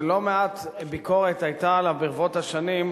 שלא מעט ביקורת היתה עליו ברבות השנים,